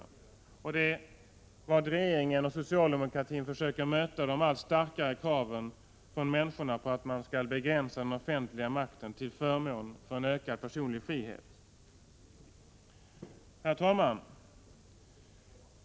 Regeringen och socialdemokratin försöker att på detta sätt möta de allt starkare kraven från människorna på att den offentliga makten skall begränsas till förmån för en ökad personlig frihet. Herr talman!